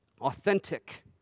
authentic